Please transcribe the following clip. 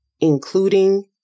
including